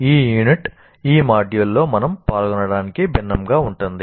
ఈ యూనిట్ ఈ మాడ్యూల్లో మనం పాల్గొనడానికి భిన్నంగా ఉంటుంది